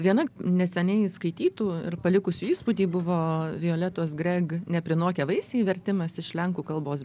viena neseniai skaitytų ir palikusių įspūdį buvo violetos greg neprinokę vaisiai vertimas iš lenkų kalbos